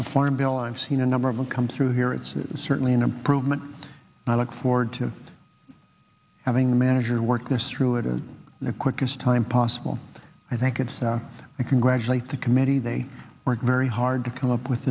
farm bill i've seen a number of them come through here it's certainly an improvement and i look forward to having the manager work this through it is the quickest time possible i think it's the i congratulate the committee they work very hard to come up with